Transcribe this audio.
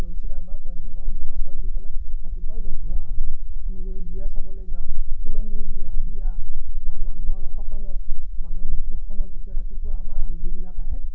দৈ চিৰা বা তেখেতসকলক বোকা চাউল দি পেলাই ৰাতিপুৱা লঘু আহাৰ দিওঁ আমি যদি বিয়া চাবলৈ যাওঁ তোলনি বিয়া বিয়া বা মানুহৰ সকামত মানুহৰ সেইসময়ত বা ৰাতিপুৱা আমাৰ যিবিলাক আহে